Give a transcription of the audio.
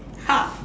!huh!